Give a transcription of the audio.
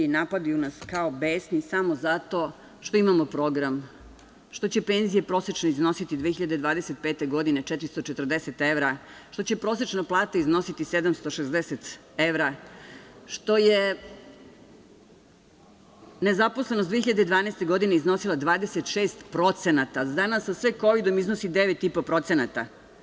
Napadaju nas kao besni samo zato što imamo program, što će penzije prosečno iznositi 2025. godine 440 evra, što će prosečna plata iznositi 760 evra, što je nezaposlenost 2012. godine iznosila 26%, a danas sa sve Kovidom iznosi 9,5%